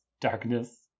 darkness